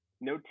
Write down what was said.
no